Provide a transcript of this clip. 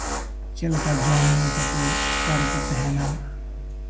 ᱪᱮᱫ ᱞᱮᱠᱟ ᱡᱚᱢ ᱧᱩ ᱛᱟᱠᱚ ᱚᱠᱟ ᱨᱮᱠᱚ ᱛᱟᱦᱮᱸᱱᱟ